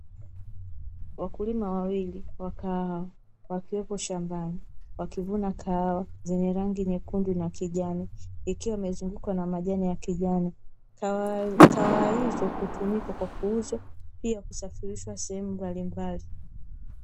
Wakulima wawili wa kahawa wakiwepo shambani, wakivuna kahawa zenye rangi nyekundu, na kijani ikiwa amezungukwa na majani ya kijani. Kahawa hizo kutumika kwa kuuzwa pia kusafirishwa sehemu mbalimbali.